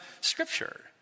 Scripture